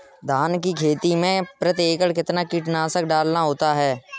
धान की खेती में प्रति एकड़ कितना कीटनाशक डालना होता है?